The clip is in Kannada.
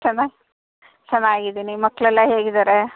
ಚನ ಚೆನ್ನಾಗಿದ್ದೀನಿ ಮಕ್ಕಳೆಲ್ಲ ಹೇಗಿದ್ದಾರೆ